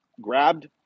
grabbed